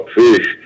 fish